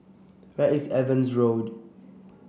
where is Evans Road